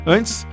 Antes